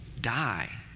die